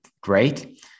great